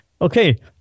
Okay